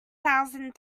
thousand